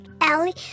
Ellie